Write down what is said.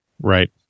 Right